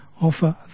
offer